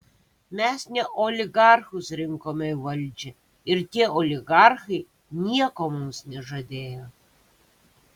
mes ne oligarchus rinkome į valdžią ir tie oligarchai nieko mums nežadėjo